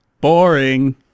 Boring